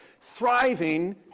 thriving